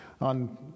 on